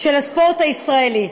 של הספורט הישראלי.